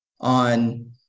on